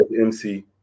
MC